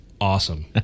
awesome